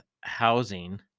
housing